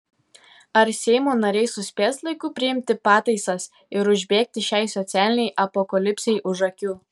ar seimo nariai suspės laiku priimti pataisas ir užbėgti šiai socialinei apokalipsei už akių